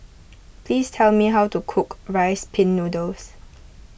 please tell me how to cook Rice Pin Noodles